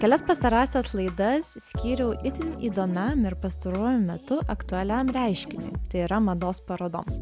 kelias pastarąsias laidas skyriau itin įdomiam ir pastaruoju metu aktualiam reiškiniui tai yra mados parodoms